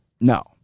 No